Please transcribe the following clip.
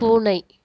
பூனை